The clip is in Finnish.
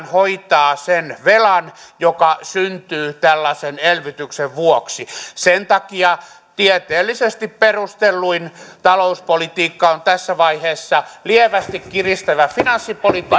hoitaa sen velan joka syntyy tällaisen elvytyksen vuoksi sen takia tieteellisesti perustelluin talouspolitiikka on tässä vaiheessa lievästi kiristävä finanssipolitiikka